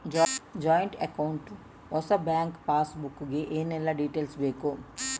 Joint account ಹೊಸ bank passbook ಗೆ ಏನೆಲ್ಲ ಡೀಟೇಲ್ಸ್ ಬೇಕು?